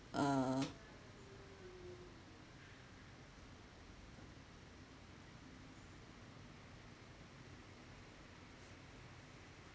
uh